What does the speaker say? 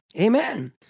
Amen